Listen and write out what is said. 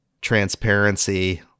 transparency